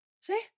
See